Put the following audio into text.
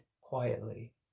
quietly